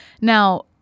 Now